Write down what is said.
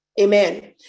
amen